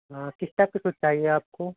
हाँ किस टाइप के शूज़ चाहिए आपको